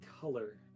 color